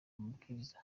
amabwiriza